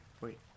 Wait